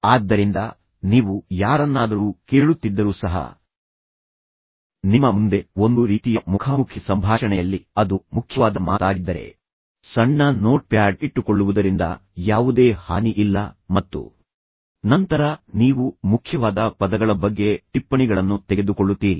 ಆದ್ದರಿಂದ ನೀವು ಯಾರನ್ನಾದರೂ ಕೇಳುತ್ತಿದ್ದರೂ ಸಹ ನಿಮ್ಮ ಮುಂದೆ ಒಂದು ರೀತಿಯ ಮುಖಾಮುಖಿ ಸಂಭಾಷಣೆಯಲ್ಲಿ ಅದು ಮುಖ್ಯವಾದ ಮಾತಾಗಿದ್ದರೆ ಸಣ್ಣ ಪೇಪರ್ ಸಣ್ಣ ನೋಟ್ಪ್ಯಾಡ್ ಇಟ್ಟುಕೊಳ್ಳುವುದರಿಂದ ಯಾವುದೇ ಹಾನಿ ಇಲ್ಲ ಮತ್ತು ನಂತರ ನೀವು ಮುಖ್ಯವಾದ ಪದಗಳ ಬಗ್ಗೆ ಟಿಪ್ಪಣಿಗಳನ್ನು ತೆಗೆದುಕೊಳ್ಳುತ್ತೀರಿ